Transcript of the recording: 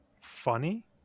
funny